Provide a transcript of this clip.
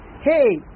Hey